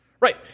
Right